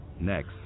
Next